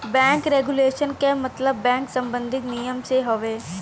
bank regulation क मतलब bank सम्बन्धी नियम से हउवे